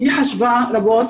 היא חשבה רבות